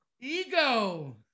ego